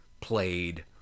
played